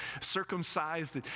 circumcised